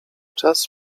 czas